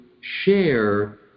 share